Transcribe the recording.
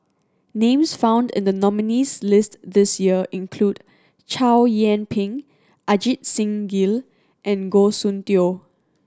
names found in the nominees' list this year include Chow Yian Ping Ajit Singh Gill and Goh Soon Tioe